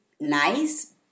nice